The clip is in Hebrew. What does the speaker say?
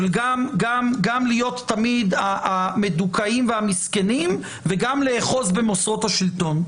של גם להיות תמיד המדוכאים והמסכנים וגם לאחוז במוסרות השלטון,